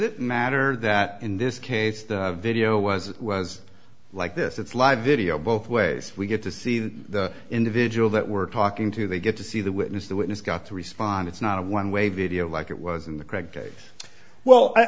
it matter that in this case the video was was like this it's live video both ways we get to see the individual that we're talking to they get to see the witness the witness got to respond it's not a one way video like it was in the greg well i